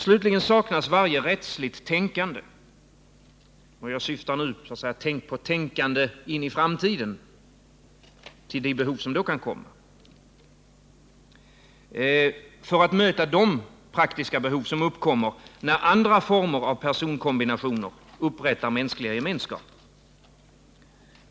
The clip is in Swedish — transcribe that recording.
Slutligen saknas varje rättsligt tänkande — jag syftar nu på tänkande in i framtiden — som syftar till att möta de praktiska behov som uppkommer när andra former av personkombinationer upprättar mänskliga gemenskaper.